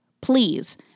Please